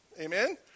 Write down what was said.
Amen